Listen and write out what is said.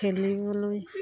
খেলিবলৈ